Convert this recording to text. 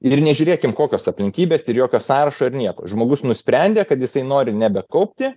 ir nežiūrėkim kokios aplinkybės ir jokio sąrašo ir nieko žmogus nusprendė kad jisai nori nebekaupti